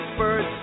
birds